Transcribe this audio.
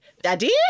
daddy